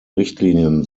richtlinien